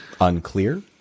unclear